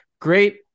Great